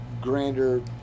grander